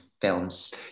films